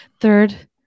third